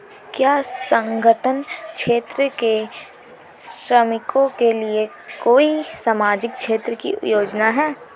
क्या असंगठित क्षेत्र के श्रमिकों के लिए कोई सामाजिक क्षेत्र की योजना है?